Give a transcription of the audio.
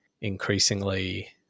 increasingly